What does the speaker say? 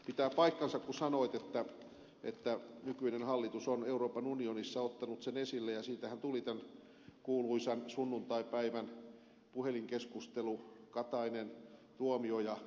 pitää paikkansa kun sanoitte että nykyinen hallitus on euroopan unionissa ottanut sen esille ja siitähän tuli tämän kuuluisan sunnuntaipäivän puhelinkeskustelu katainentuomioja